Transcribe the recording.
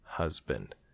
husband